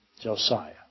Josiah